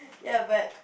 ya but